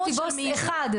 אני בחרתי בוס אחד.